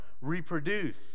reproduce